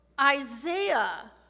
Isaiah